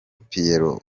pierrot